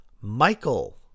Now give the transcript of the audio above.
Michael